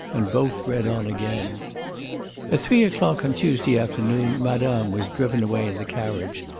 and both read on again at three o'clock on tuesday afternoon madame was driven away in the carriage,